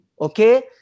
okay